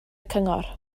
cyngor